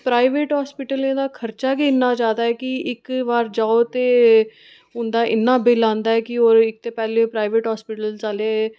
private हास्पिटलें दा खर्चा गै इन्ना ज्यादा ऐ कि इक बार जाओ ते उं'दा इन्ना बिल आंदा ऐ कि ओह् इक ते पैह्ले प्राइवेट हास्पिटल्स आह्ले